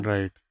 Right